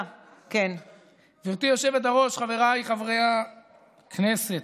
גברתי היושבת-ראש, חבריי חברי הכנסת,